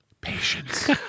patience